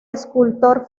escultor